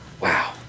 wow